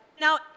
Now